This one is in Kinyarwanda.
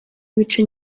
ibice